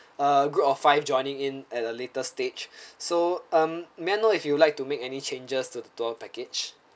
uh group of five joining in at a later stage so um may I know if you'd like to make any changes to the tour package